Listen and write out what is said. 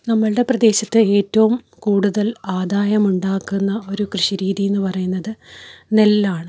നമ്മളുടെ പ്രദേശത്ത് ഏറ്റവും കൂടുതൽ ആദായം ഉണ്ടാക്കുന്ന ഒരു കൃഷി രീതിയെന്ന് പറയുന്നത് നെല്ലാണ്